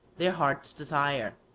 their hearts' desire.